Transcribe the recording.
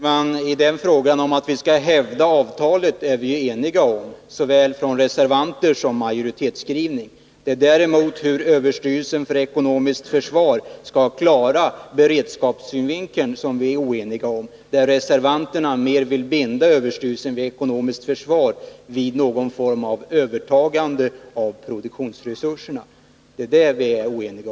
Herr talman! Att vi skall hävda avtalet är vi eniga om — såväl reservanter som företrädare för majoritetsskrivningen. När det däremot gäller hur överstyrelsen för ekonomiskt försvar skall klara beredskapssynvinkeln är vi oeniga. Reservanterna vill binda överstyrelsen för ekonomiskt försvar vid någon form av övertagande av produktionsresurserna.